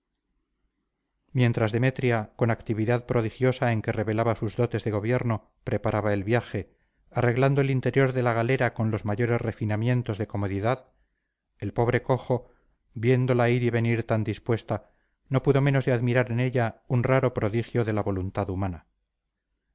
mientras demetria con actividad prodigiosa en que revelaba sus dotes de gobierno preparaba el viaje arreglando el interior de la galera con los mayores refinamientos de comodidad el pobre cojo viéndola ir y venir tan dispuesta no pudo menos de admirar en ella un raro prodigio de la voluntad humana